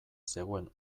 zegoen